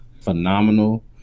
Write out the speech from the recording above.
phenomenal